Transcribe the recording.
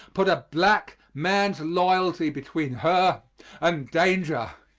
put a black man's loyalty between her and danger.